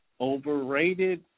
overrated